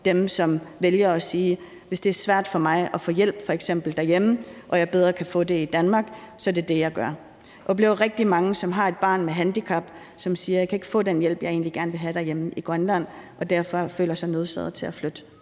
dem, som vælger at sige: Hvis det f.eks. er svært for mig at få hjælp derhjemme og jeg bedre kan få det i Danmark, er det det, jeg gør. Jeg oplever rigtig mange, som har et barn med handicap, der siger: Jeg kan ikke få den hjælp, jeg egentlig gerne vil have, derhjemme i Grønland, og derfor føler jeg mig nødsaget til at flytte